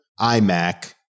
iMac